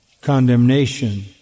condemnation